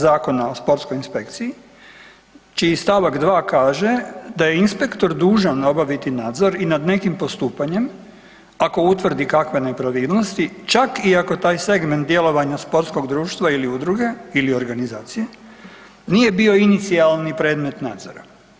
Zakona o sportskoj inspekciji čiji st. 2. kaže da je inspektor dužan obaviti nadzor i nad nekim postupanjem ako utvrdi kakve nepravilnosti, čak i ako taj segment djelovanja sportskog društva ili udruge ili organizacije nije bio inicijalni predmet nadzora.